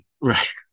right